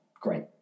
great